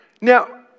now